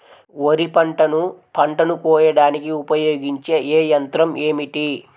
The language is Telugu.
వరిపంటను పంటను కోయడానికి ఉపయోగించే ఏ యంత్రం ఏమిటి?